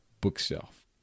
bookshelf